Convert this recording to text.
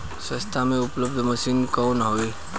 सस्ता में उपलब्ध मशीन कौन होखे?